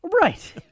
Right